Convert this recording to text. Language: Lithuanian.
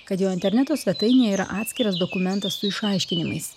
kad jo interneto svetainėje yra atskiras dokumentas su išaiškinimais